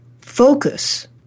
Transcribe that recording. focus